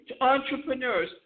entrepreneurs